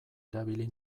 erabili